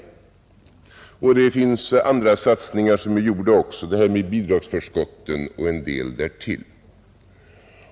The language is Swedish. Det har även gjorts andra satsningar — bidragsförskotten och en del därtill.